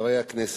חברי הכנסת,